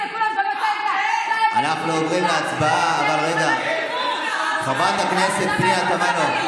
אנחנו עוברים להצבעה, חברת הכנסת פנינה תמנו.